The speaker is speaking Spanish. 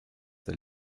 del